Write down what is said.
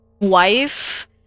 wife